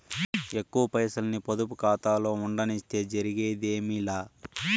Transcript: ఎక్కువ పైసల్ని పొదుపు కాతాలో ఉండనిస్తే ఒరిగేదేమీ లా